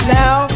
now